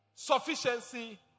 Sufficiency